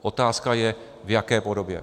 Otázka je, v jaké podobě.